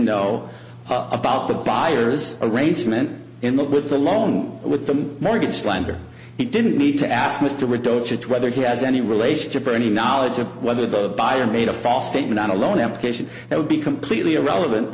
know about the buyer's arrangement in the with the loan with the mortgage lender he didn't need to ask mr rideau church whether he has any relationship or any knowledge of whether the buyer made a false statement on a loan application that would be completely irrelevant